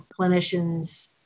clinicians